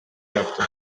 yaptı